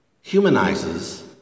humanizes